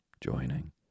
joining